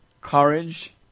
courage